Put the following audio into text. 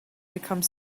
become